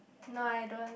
no I don't